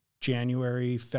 January